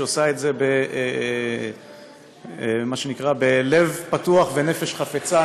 שעושה את זה במה שנקרא לב פתוח ונפש חפצה.